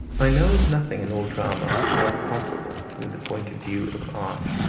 i know of nothing in all drama more incomparable from the point of view of art,